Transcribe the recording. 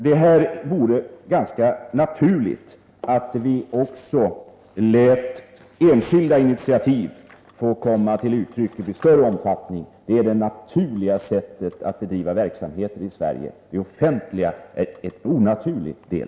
Det vore ganska naturligt att vi också i Sverige lät enskilda initiativ få komma till uttryck i mycket större omfattning på sjukvårdens område. Det är det naturliga sättet att bedriva verksamhet i Sverige — det offentliga är en onaturlig del.